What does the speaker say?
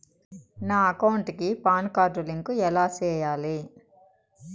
నా అకౌంట్ కి PAN card link ఎలా సేయాలి